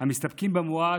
המסתפקים במועט,